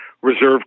reserve